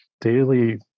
daily